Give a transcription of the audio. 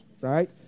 right